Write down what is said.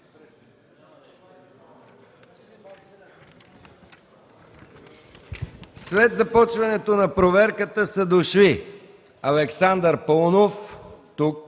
След започване на проверката са дошли: Александър Паунов,